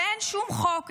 ואין שום חוק,